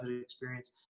experience